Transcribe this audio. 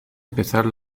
empezar